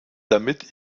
damit